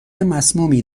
مسمومی